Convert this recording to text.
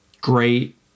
great